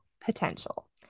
Potential